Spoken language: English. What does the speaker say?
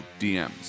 DMs